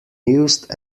used